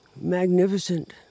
magnificent